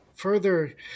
further